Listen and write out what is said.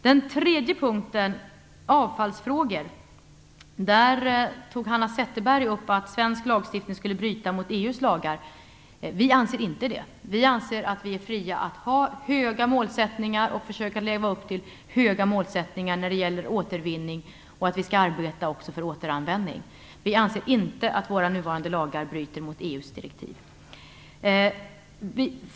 Den tredje punkten gäller avfallsfrågorna. Hanna Zetterberg sade att svensk lagstiftning på det området skulle bryta mot EU:s lagar. Vi anser inte det! Vi anser att vi är fria att försöka leva upp till höga målsättningar när det gäller återvinning och när det gäller att arbeta för återanvändning. Vi anser inte att våra nuvarande lagar bryter mot EU:s direktiv.